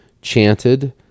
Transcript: chanted